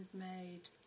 handmade